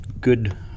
good